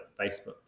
Facebook